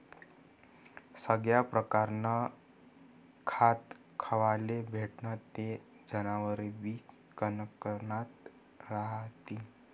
सगया परकारनं खाद्य खावाले भेटनं ते जनावरेबी कनकनात रहातीन